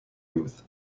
youth